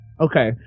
Okay